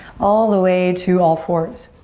all the way to all fours.